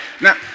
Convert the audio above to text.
Now